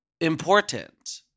important